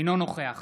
אינו נוכח